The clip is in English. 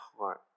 heart